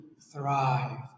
thrive